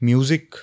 Music